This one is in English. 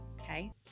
okay